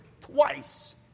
twice